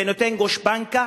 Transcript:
זה נותן גושפנקה,